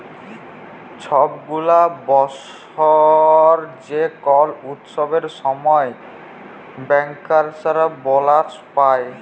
ছব গুলা বসর যে কল উৎসবের সময় ব্যাংকার্সরা বলাস পায়